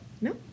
No